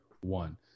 one